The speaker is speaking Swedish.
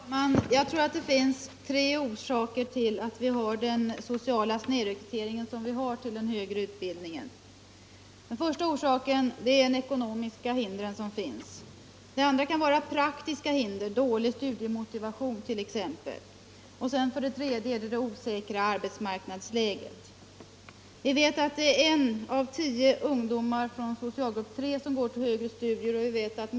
Nr 84 Herr talman! Jag tror att det finns tre orsaker till den sociala sned Tisdagen den rekryteringen till den högre utbildningen. Den första är det ekonomiska 20 maj 1975 hindret. Den andra orsaken är praktiska hinder, t.ex. studiemotivation. NLA alba bamse Den tredje orsaken är det osäkra arbetsmarknadsläget. Vuxenutbildningen, Vi vet att det är en av tio ungdomar från socialgrupp 3 som går till m.m. högre studier.